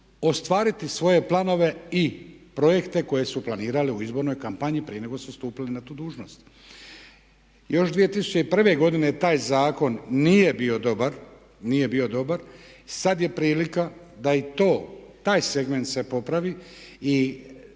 ostvariti svoje planove i projekte koje su planirali u izbornoj kampanji prije nego su stupili na tu dužnost. Još 2001. godine taj zakon nije bio dobar, nije bio dobar, sada je prilika da i to, taj segment se popravi i